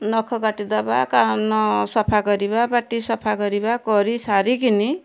ନଖ କାଟିଦବା କାନ ସଫା କରିବା ପାଟି ସଫାକରିବା କରି ସାରିକିନି